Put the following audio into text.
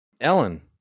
Ellen